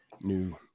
new